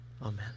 amen